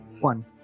One